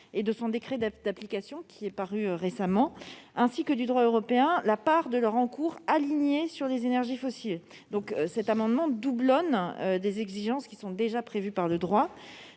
et de son décret d'application, paru récemment, ainsi que du droit européen, la part de leur encours alignée sur les énergies fossiles. Cet amendement doublonne donc des exigences qui sont déjà prévues par le droit.